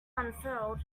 unfurled